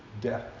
death